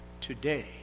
today